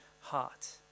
heart